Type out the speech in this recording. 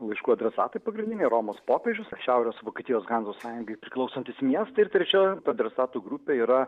laiškų adresatai pagrindiniai romos popiežius šiaurės vokietijos hanzos sąjungai priklausantys miestai ir trečioji adresatų grupė yra